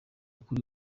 kuri